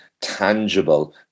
tangible